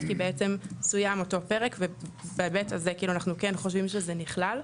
כי בעצם סוים אותו פרק ובהיבט הזה כאילו אנחנו כן חושבים שזה נכלל.